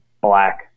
black